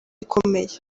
ikomeye